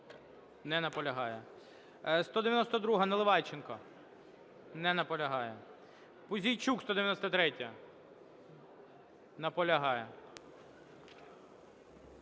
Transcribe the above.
Не наполягає. 192-а, Наливайченко. Не наполягає. Пузійчук, 193-я. Наполягає.